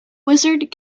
wizard